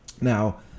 Now